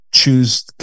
Choose